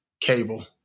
cable